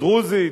הדרוזית,